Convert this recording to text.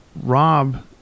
Rob